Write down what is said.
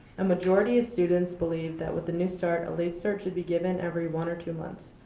a majority of students believe that with the new start a late start should be given every one or two months.